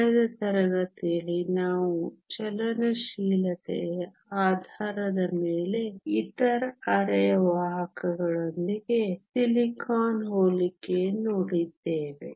ಕಳೆದ ತರಗತಿಯಲ್ಲಿ ನಾವು ಚಲನಶೀಲತೆಯ ಆಧಾರದ ಮೇಲೆ ಇತರ ಅರೆವಾಹಕಗಳೊಂದಿಗೆ ಸಿಲಿಕಾನ್ ಹೋಲಿಕೆ ನೋಡಿದ್ದೇವೆ